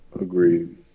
Agreed